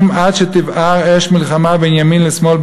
עד שתבער אש מלחמה בין ימין לשמאל,